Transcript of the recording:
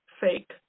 fake